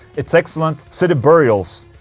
it's excellent, city burials